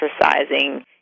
exercising